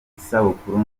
isabukuru